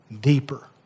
deeper